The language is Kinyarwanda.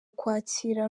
ukwakira